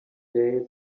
day